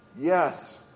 Yes